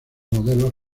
modelos